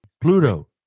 Pluto